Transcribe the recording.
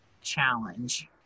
challenge